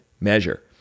measure